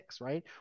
right